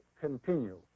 continue